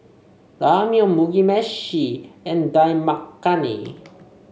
Ramyeon Mugi Meshi and Dal Makhani